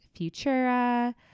Futura